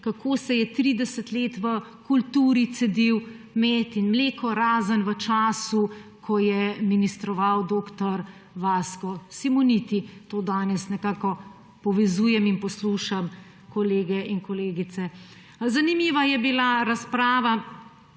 kako se je 30 let v kulturi cedil med in mleko, razen v času, ko je ministroval dr. Vasko Simoniti. To danes nekako povezujem in poslušam kolege in kolegice. Zanimiva je bila razprava